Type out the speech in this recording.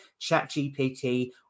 ChatGPT